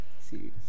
serious